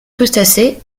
crustacés